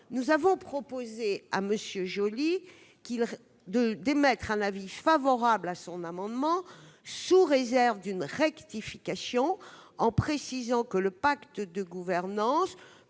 nous avons proposé à M. Joly d'émettre un avis favorable à son amendement sous réserve qu'il rectifie ce dernier, en prévoyant que le pacte de gouvernance